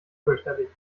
fürchterlich